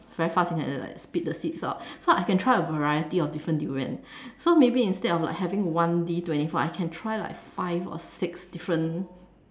very fast and then like like spit the seeds out so I can try a variety of different durian so maybe instead of like having one D twenty four I can try like five or six different